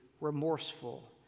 remorseful